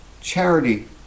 charity